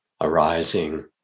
arising